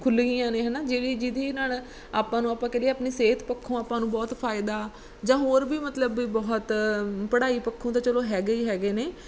ਖੁੱਲ੍ਹ ਗਈਆਂ ਨੇ ਹੈ ਨਾ ਜਿਵੇਂ ਜਿਹਦੇ ਨਾਲ ਆਪਾਂ ਨੂੰ ਆਪਾਂ ਕਰੀਏ ਆਪਣੀ ਸਿਹਤ ਪੱਖੋਂ ਆਪਾਂ ਨੂੰ ਬਹੁਤ ਫਾਇਦਾ ਜਾਂ ਹੋਰ ਵੀ ਮਤਲਬ ਵੀ ਬਹੁਤ ਪੜ੍ਹਾਈ ਪੱਖੋਂ ਤਾਂ ਚਲੋ ਹੈਗੇ ਹੀ ਹੈਗੇ ਨੇ